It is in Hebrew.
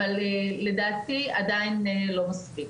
אבל לדעתי עדיין לא מספיק.